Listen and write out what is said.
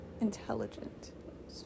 intelligent